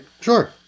sure